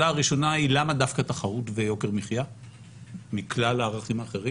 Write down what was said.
הראשונה היא למה דווקא תחרות ויוקר מחיה מכלל הערכים האחרים?